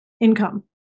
income